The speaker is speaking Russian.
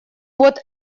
вот